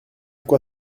quoi